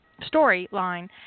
storyline